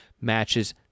matches